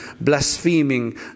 blaspheming